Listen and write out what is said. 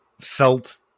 felt